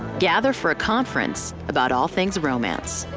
gather for a conference about all things romance.